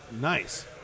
Nice